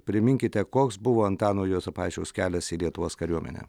priminkite koks buvo antano juozapavičiaus kelias į lietuvos kariuomenę